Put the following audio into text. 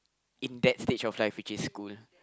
in that stage of life which is school